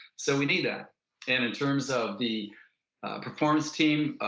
so we need that and in terms of the performance team,